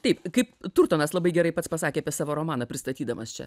taip kaip turtonas labai gerai pats pasakė apie savo romaną pristatydamas čia